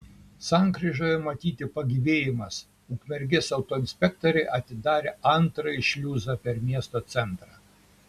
sankryžoje matyti pagyvėjimas ukmergės autoinspektoriai atidarė antrąjį šliuzą per miesto centrą